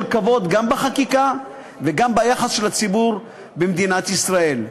כבוד גם בחקיקה וגם ביחס של הציבור במדינת ישראל.